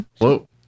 Whoa